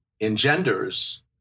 engenders